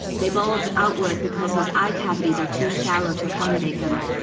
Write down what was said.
they bulge outward because his eye cavities are too shallow to accommodate them.